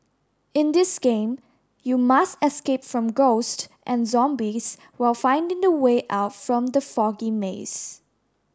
in this game you must escape from ghosts and zombies while finding the way out from the foggy maze